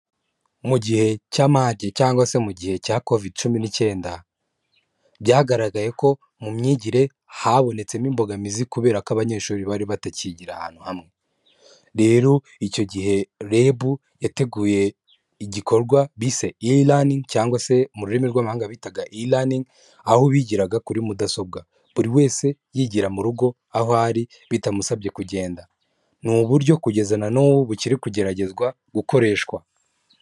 Mu gihe cy'amage cyangwa se mu gihe cya covid cumi n'icyenda, byagaragaye ko mu myigire habonetsemo imbogamizi kubera ko abanyeshuri bari batakigira ahantu hamwe. Rero icyo gihe REB yateguye igikorwa bise e-learning cyangwa se mu rurimi rw'amahanga bitaga e-learning, aho bigiraga kuri mudasobwa, buri wese yigira mu rugo aho ari bitamusabye kugenda. Ni uburyo kugeza na n'ubu bukiri kugeragezwa gukoreshwa.